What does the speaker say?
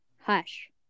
Hush